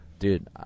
Dude